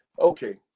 Okay